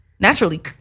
Naturally